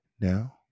Now